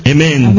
Amen